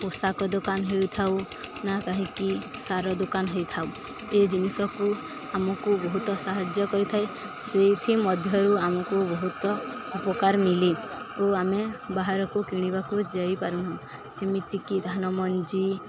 ପୋଷାକ ଦୋକାନ ହେଇଥାଉ ନା କାହିଁକି ସାର ଦୋକାନ ହେଇଥାଉ ଏ ଜିନିଷକୁ ଆମକୁ ବହୁତ ସାହାଯ୍ୟ କରିଥାଏ ସେଥିମଧ୍ୟରୁ ଆମକୁ ବହୁତ ଉପକାର ମିଳେ ଓ ଆମେ ବାହାରକୁ କିଣିବାକୁ ଯାଇପାରୁନୁ ଯେମିତିକି ଧାନ ମଞ୍ଜି